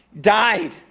Died